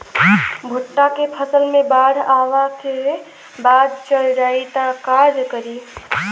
भुट्टा के फसल मे बाढ़ आवा के बाद चल जाई त का करी?